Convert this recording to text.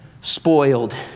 spoiled